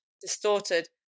distorted